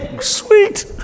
Sweet